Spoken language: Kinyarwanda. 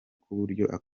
kuburyo